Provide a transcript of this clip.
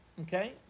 Okay